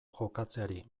jokatzeari